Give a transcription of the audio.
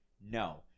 No